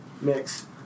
Mix